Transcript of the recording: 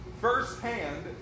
first-hand